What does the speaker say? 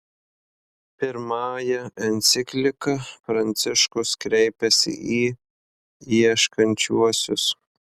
pirmąja enciklika pranciškus kreipiasi į ieškančiuosius